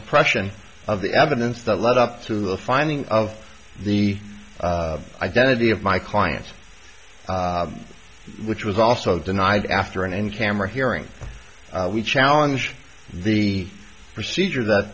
suppression of the evidence that led up to the finding of the identity of my clients which was also denied after an end camera hearing we challenge the procedure that